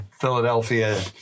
Philadelphia